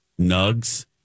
nugs